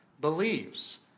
believes